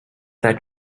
that